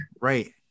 Right